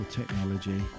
technology